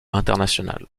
international